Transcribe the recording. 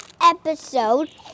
episode